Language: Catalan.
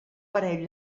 parell